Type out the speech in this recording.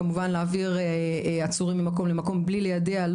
כמובן להעביר עצורים ממקום למקום בלי ליידע לא